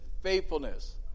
faithfulness